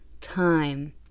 time